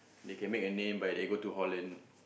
they can make a name but they go to holland